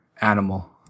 animal